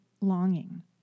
longing